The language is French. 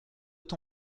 peut